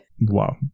Wow